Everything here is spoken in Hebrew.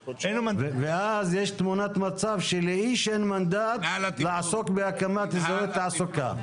ואז יש תמונת מצב שלאיש אין מנדט לעסוק בהקמת אזורי תעסוקה.